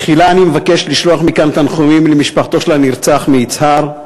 תחילה אני מבקש לשלוח מכאן תנחומים למשפחתו של הנרצח מיצהר.